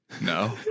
No